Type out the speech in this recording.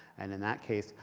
and in that case,